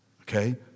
Okay